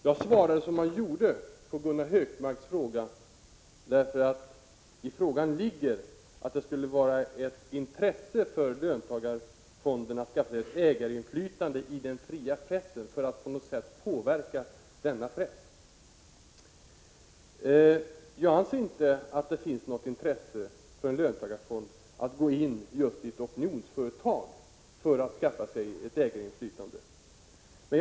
Jag svarade som jag gjorde på Gunnar Hökmarks fråga, därför att det i frågan ligger att det skulle vara ett intresse för löntagarfonderna att skaffa sig ägarinflytande i den fria pressen för att på något sätt påverka denna press. Jag anser inte att en löntagarfond har något intresse av att gå in just i ett opinionsföretag för att skaffa sig ägarinflytande.